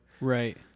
Right